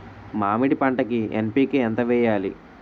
మామిడి పంటకి ఎన్.పీ.కే ఎంత వెయ్యాలి?